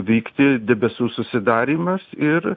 vykti debesų susidarymas ir